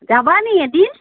যাবানি এদিন